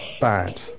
bad